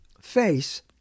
face